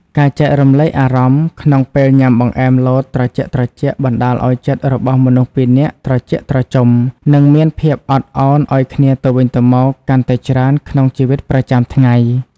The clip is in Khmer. ការចែករំលែកអារម្មណ៍ក្នុងពេលញ៉ាំបង្អែមលតត្រជាក់ៗបណ្ដាលឱ្យចិត្តរបស់មនុស្សពីរនាក់ត្រជាក់ត្រជុំ និងមានភាពអត់ឱនឱ្យគ្នាទៅវិញទៅមកកាន់តែច្រើនក្នុងជីវិតប្រចាំថ្ងៃ។